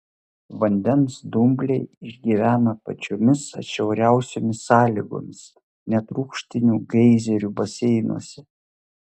vandens dumbliai išgyvena pačiomis atšiauriausiomis sąlygomis net rūgštinių geizerių baseinuose